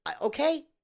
Okay